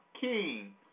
King